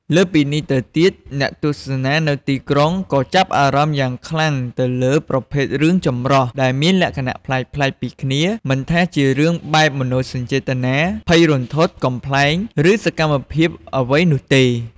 លើសពីនេះទៅទៀត អ្នកទស្សនានៅទីក្រុងក៏ចាប់អារម្មណ៍យ៉ាងខ្លាំងទៅលើ ប្រភេទរឿងចម្រុះ ដែលមានលក្ខណៈប្លែកៗពីគ្នា មិនថាជារឿងបែបមនោសញ្ចេតនា ភ័យរន្ធត់ កំប្លែង ឬសកម្មភាពអ្វីនោះទេ។